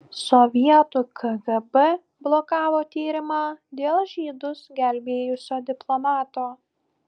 sovietų kgb blokavo tyrimą dėl žydus gelbėjusio diplomato